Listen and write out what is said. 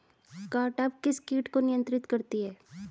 Cartap किस किट को नियंत्रित करती है?